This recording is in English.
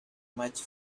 much